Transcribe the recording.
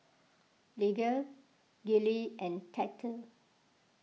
Lige Gillie and Tate